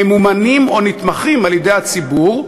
ממומנים או נתמכים על-ידי הציבור,